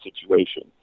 situation